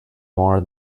more